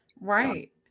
Right